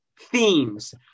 themes